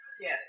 Yes